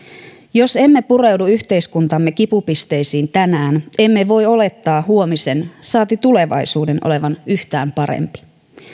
jos emme pureudu yhteiskuntamme kipupisteisiin tänään emme voi olettaa huomisen saati tulevaisuuden olevan yhtään parempi